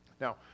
Now